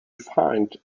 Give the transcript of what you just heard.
find